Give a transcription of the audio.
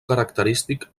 característic